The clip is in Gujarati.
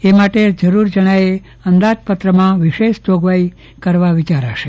એ માટે જરુર જણાયે અંદાજપત્રમાં વિશેષ જોગવાઈ કરવા વિચારાશે